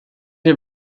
nie